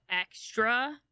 extra